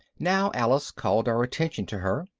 now alice called our attention to her.